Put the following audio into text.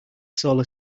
solar